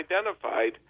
identified